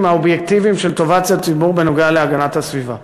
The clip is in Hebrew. האובייקטיביים של טובת הציבור בנוגע להגנת הסביבה.